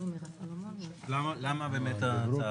נתקבלה הערה